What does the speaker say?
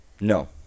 No